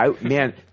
Man